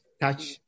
touch